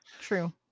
True